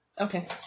Okay